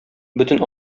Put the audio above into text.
бөтен